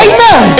Amen